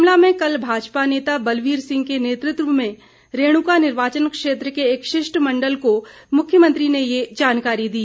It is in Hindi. शिमला में कल भाजपा नेता बलवीर सिंह के नेतृत्व में रेणुका निर्वाचन क्षेत्र के एक शिष्टमंडल को मुख्यमंत्री ने ये जानकारी दी